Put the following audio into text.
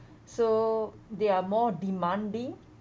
so they are more demanding